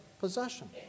possession